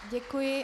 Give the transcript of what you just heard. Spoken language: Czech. Děkuji.